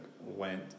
went